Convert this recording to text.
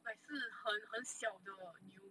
like 是很很很小的牛